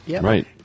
right